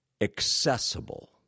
accessible